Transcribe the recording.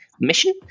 mission